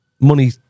money